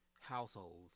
households